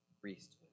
priesthood